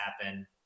happen